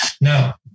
Now